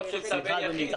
אדוני.